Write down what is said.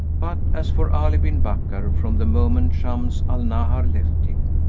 but as for ali bin bakkar, from the moment shams al-nahar left him,